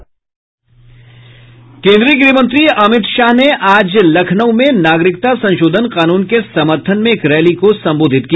केन्द्रीय गृहमंत्री अमित शाह ने आज लखनऊ में नागरिकता संशोधन कानून के समर्थन में एक रैली को संबोधित किया